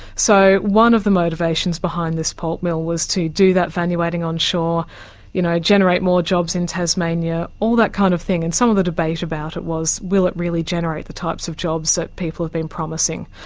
so one of the motivations behind this pulp mill was to do that value adding onshore you know, generate more jobs in tasmania, all that kind of thing. and some of the debate about it was will it really generate the types of jobs that people have been promising.